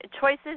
choices